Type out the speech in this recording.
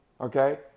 Okay